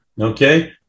okay